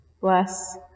Bless